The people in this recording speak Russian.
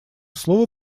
слово